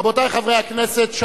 רבותי חברי הכנסת,